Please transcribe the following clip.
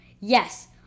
Yes